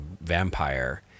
vampire